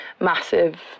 massive